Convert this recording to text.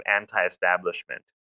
anti-establishment